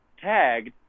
Tagged